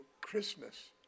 christmas